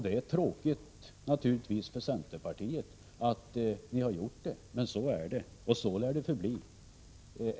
Det är naturligtvis tråkigt för centerpartiet, men så är det, och så lär det förbli.